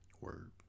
Word